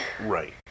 Right